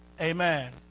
Amen